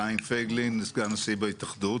חיים פייגלין, סגן נשיא בהתאחדות.